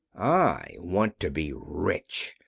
i want to be rich!